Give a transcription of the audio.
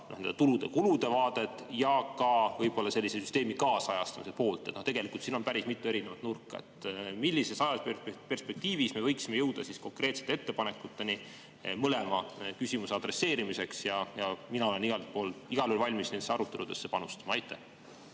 tulude-kulude vaadet ja ka võib-olla selle süsteemi ajakohastamise poolt. Tegelikult siin on päris mitu erinevat vaatenurka. Millises ajalises perspektiivis me võiksime jõuda konkreetsete ettepanekuteni mõlema küsimusega tegelemiseks? Mina olen igal juhul valmis nendesse aruteludesse panustama. Neid